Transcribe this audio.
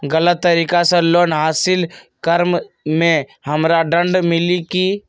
गलत तरीका से लोन हासिल कर्म मे हमरा दंड मिली कि?